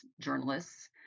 journalists